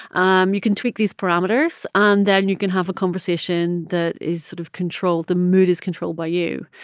um you can tweak these parameters, and then you can have a conversation that is sort of controlled the mood is controlled by you.